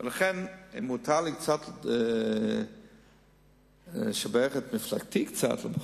ולכן, מותר לי קצת לברך את מפלגתי, קצת, לפחות.